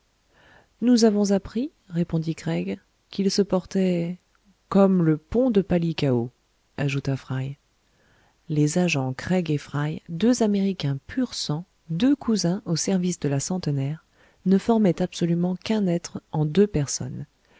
nous avons appris répondit craig qu'il se portait comme le pont de palikao ajouta fry les agents craig et fry deux américains pur sang deux cousins au service de la centenaire ne formaient absolument qu'un être en deux personnes